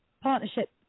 Partnership